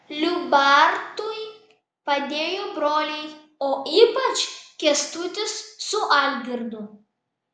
liubartui padėjo broliai o ypač kęstutis su algirdu